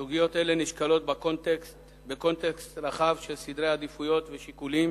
סוגיות אלה נשקלות בקונטקסט רחב של סדרי עדיפויות ושיקולים